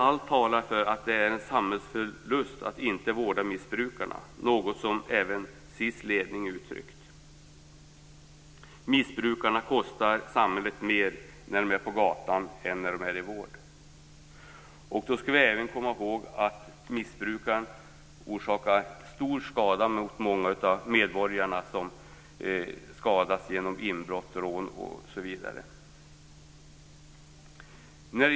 Allt talar för att det är en samhällsförlust att inte vårda missbrukarna, något som även SIS ledning uttryckt. Missbrukarna kostar samhället mer när de är på gatan än när de är i vård. Då skall vi även komma ihåg att missbrukaren orsakar stor skada för många av medborgarna genom inbrott, rån, osv.